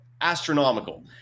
astronomical